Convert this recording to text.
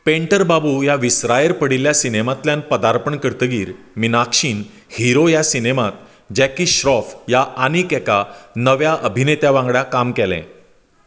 painter Babu ह्या विसरायेर पडिल्ल्या सिनेमांतल्यान पदार्पण करतकीर मीनाक्षीन हीरो ह्या सिनेमांत जॅकी श्रॉफ ह्या आनीक एका नव्या अभिनेत्या वांगडा काम केलें